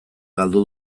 galdu